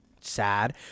sad